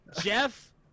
Jeff